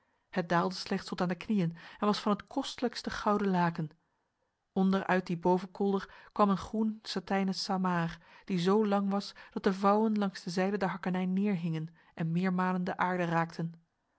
het daalde slechts tot aan de knieën en was van het kostelijkste gouden laken onder uit die bovenkolder kwam een groen satijnen samaar die zo lang was dat de vouwen langs de zijde der hakkenij neerhingen en meermalen de aarde raakten